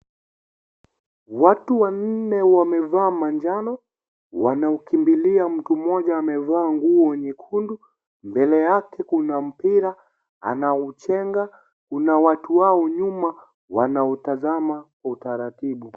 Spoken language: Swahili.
Watu wanne wamevaa manjano, wanaokimbilia mtu mmoja amevaa nguo nyekundu, mbele yake kuna mpira anaochenga , kuna watu wao nyuma wanaotazama kwa utaratibu.